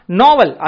novel